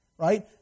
Right